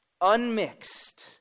unmixed